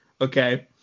Okay